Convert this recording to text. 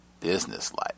business-like